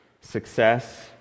success